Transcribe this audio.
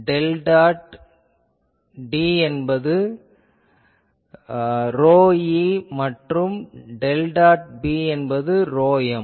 del dot D என்பது ρe மற்றும் del dot B என்பது ρm